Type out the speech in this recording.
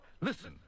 Listen